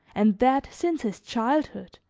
and that since his childhood,